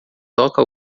toca